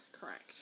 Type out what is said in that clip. Correct